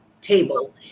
table